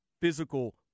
physical